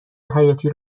حیاتی